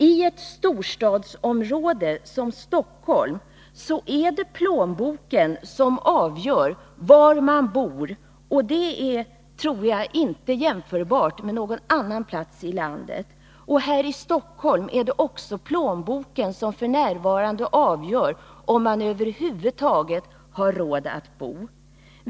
I ett storstadsområde som Stockholm är det plånboken som avgör var man bor. Det förhållandet tror jag inte är jämförbart med situationen på någon annan plats i landet. Här i Stockholm är det också plånboken som f. n. avgör om man över huvud taget har råd att bo.